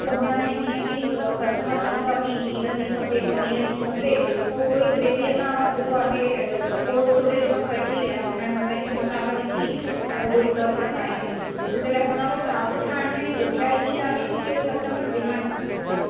त हुनमें जीअं बि कस्टमर चवंदा की पीज़न जी खपे पनीर जी खपे त उहो ई ग्रेवी असां जेको आहे कोल्ड स्टोरेज मां कढी ऐं हुननि में मिर्च मसाला विझी ऐं उहो ई सर्व कंदा आहियूं त जंहिं लाइ हुन वक्त ताज़ो ठाहिण में ॾुखयाई ई आहे केरु कस्टमर वेहण नथो चाहे